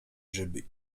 żeby